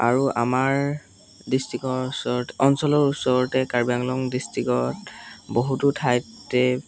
আৰু আমাৰ ডিষ্ট্ৰিক্টৰ ওচৰত অঞ্চলৰ ওচৰতে কাৰ্বি আংলং ডিষ্ট্ৰিক্টত বহুতো ঠাইতে